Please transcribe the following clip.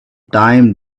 time